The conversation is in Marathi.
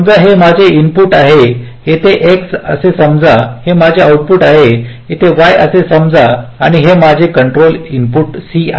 समजा हे माझे इनपुट आहे तर X असे समजा हे माझे आउटपुट आहे तर आपण Y असे समजू या आणि हे माझे कंट्रोल इनपुट C आहे